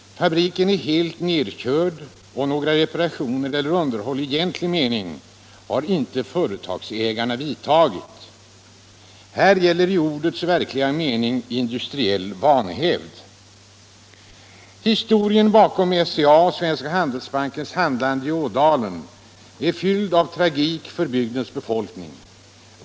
Fabriken är helt nedkörd, och några reparationer eller något underhåll i egentlig mening har inte företagsägarna genomfört. Här gäller i ordets verkliga mening industriell vanhävd. Historien bakom SCA:s och Svenska Handelsbankens handlande i Ådalen är fyllt av tragik för bygdens befolkning.